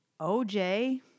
OJ